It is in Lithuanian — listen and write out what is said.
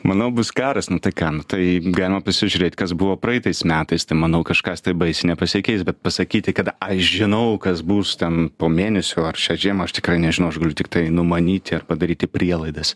manau bus karas tai ką nu tai galima pasižiūrėt kas buvo praeitais metais tai manau kažkas tai baisiai nepasikeis bet pasakyti kad aš žinau kas bus ten po mėnesio ar šią žiemą aš tikrai nežinau aš galiu tiktai numanyti ar padaryti prielaidas